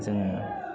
जोङो